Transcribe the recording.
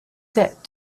debt